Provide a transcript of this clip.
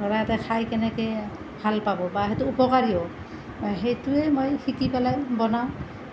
ধৰা এতিয়া খাই কেনেকৈ ভাল পাব বা সেইটো উপকাৰীও সেইটোৱেই মই শিকি পেলাই বনাও